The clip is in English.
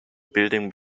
building